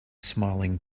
smiling